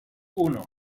uno